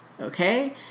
okay